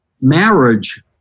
marriage